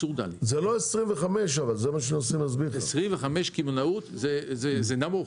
25 קמעונאות זה נמוך.